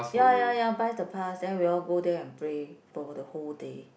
ya ya ya buy the pass then we all go there and play for the whole day